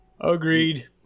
Agreed